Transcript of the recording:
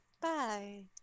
Bye